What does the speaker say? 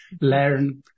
learn